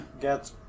get